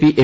P M